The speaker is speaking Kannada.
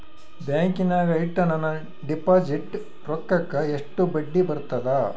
ಬ್ಯಾಂಕಿನಾಗ ಇಟ್ಟ ನನ್ನ ಡಿಪಾಸಿಟ್ ರೊಕ್ಕಕ್ಕ ಎಷ್ಟು ಬಡ್ಡಿ ಬರ್ತದ?